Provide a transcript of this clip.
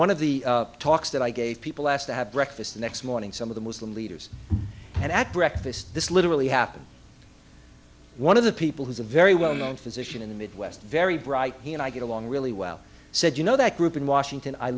one of the talks that i gave people asked to have breakfast the next morning some of the muslim leaders and at breakfast this literally happened one of the people who's a very well known physician in the midwest very bright he and i get along really well said you know that group in washington i